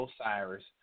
Osiris